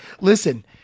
Listen